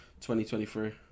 2023